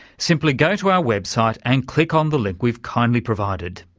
simply go to our website and click on the link we've kindly provided.